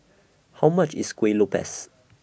How much IS Kueh Lopes